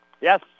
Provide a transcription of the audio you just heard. Yes